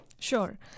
Sure